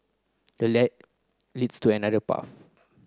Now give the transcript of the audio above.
the lad leads to another path